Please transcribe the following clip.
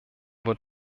wird